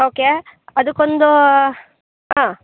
okay ಅದಕ್ಕೊಂದು ಹಾಂ